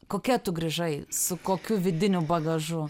kokia tu grįžai su kokiu vidiniu bagažu